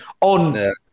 on